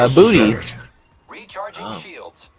ah recharge those yields